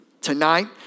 Tonight